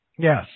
Yes